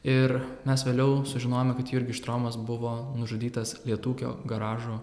ir mes vėliau sužinojome kad jurgis štromas buvo nužudytas lietūkio garažo